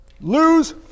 lose